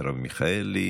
מרב מיכאלי,